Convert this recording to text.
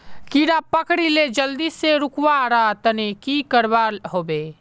कीड़ा पकरिले जल्दी से रुकवा र तने की करवा होबे?